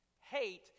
Hate